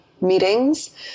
meetings